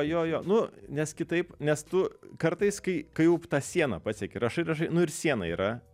jo jo nu nes kitaip nes tu kartais kai kai jau tą sieną pasieki rašai rašai nu ir siena yra